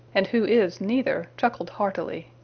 and who is neither, chuckled heartily.